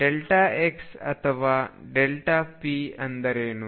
x ಅಥವಾ p ಅಂದರೇನು